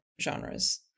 genres